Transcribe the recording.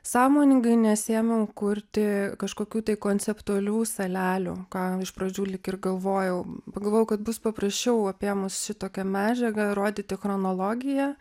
sąmoningai nesiėmiau kurti kažkokių tai konceptualių salelių ką iš pradžių lyg ir galvojau pagalvojau kad bus paprasčiau apėmus šitokią medžiagą rodyti chronologiją